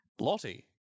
Lottie